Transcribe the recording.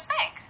Bank